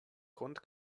grund